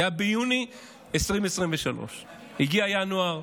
זה היה ביוני 2023. הגיע ינואר,